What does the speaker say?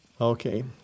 Okay